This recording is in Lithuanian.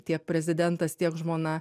tiek prezidentas tiek žmona